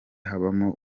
habamo